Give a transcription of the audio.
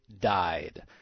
died